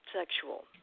Sexual